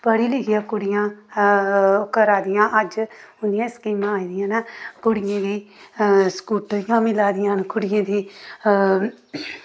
पढ़ी लिखी दियां कुड़ियां करा दियां अज्ज उं'दियां स्कीमां आई दियां न कुड़ियें गी स्कूटरी मिला दियां न कुड़ियें गी